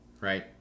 right